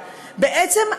בעצם,